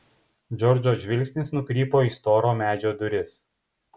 džordžo žvilgsnis nukrypo į storo medžio duris